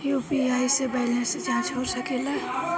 UPI से balance जाँच हो सके ला?